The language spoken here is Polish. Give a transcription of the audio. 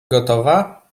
gotowa